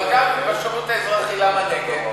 אבל גם בשירות האזרחי, למה נגד?